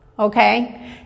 Okay